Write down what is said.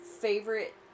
favorite